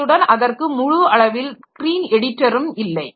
அத்துடன் அதற்கு முழு அளவில் ஸ்கிரீன் எடிட்டரும் இல்லை